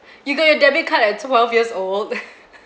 you got your debit card at twelve years old